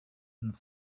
and